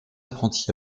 apprentis